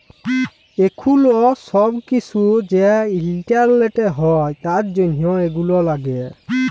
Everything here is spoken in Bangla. এখুল সব কিসু যে ইন্টারলেটে হ্যয় তার জনহ এগুলা লাগে